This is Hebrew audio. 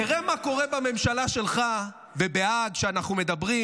תראה מה קורה בממשלה שלך ובהאג כשאנחנו מדברים.